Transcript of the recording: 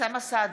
אוסאמה סעדי,